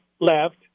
left